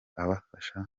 abafasha